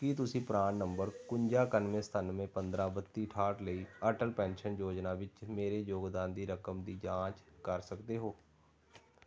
ਕੀ ਤੁਸੀਂ PRAN number ਇਕਵੰਜਾ ਇਕਾਨਵੇਂ ਸਤਾਨਵੇਂ ਪੰਦਰ੍ਹਾਂ ਬੱਤੀ ਅਠਾਹਠ ਲਈ ਅਟਲ ਪੈਨਸ਼ਨ ਯੋਜਨਾ ਵਿੱਚ ਮੇਰੇ ਯੋਗਦਾਨ ਦੀ ਰਕਮ ਦੀ ਜਾਂਚ ਕਰ ਸਕਦੇ ਹੋ